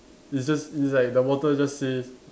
it's just it's like the bottle just says